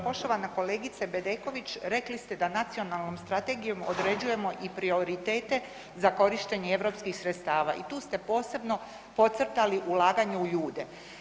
Poštovana kolegice Bedeković rekli ste da nacionalnom strategijom određujemo i prioritete za korištenje europskih sredstava i tu ste posebno podcrtali ulaganja u ljude.